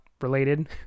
related